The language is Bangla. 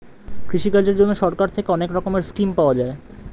কৃষিকাজের জন্যে সরকার থেকে অনেক রকমের স্কিম পাওয়া যায়